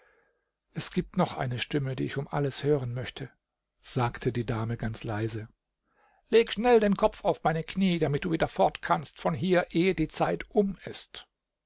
es gibt noch eine stimme die ich um alles hören möchte sagte die dame ganz leise leg schnell den kopf auf meine kniee damit du wieder fort kannst von hier ehe die zeit um ist